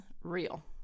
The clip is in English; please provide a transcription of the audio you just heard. real